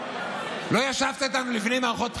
לא ישבת איתנו לפני מערכות בחירות?